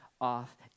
off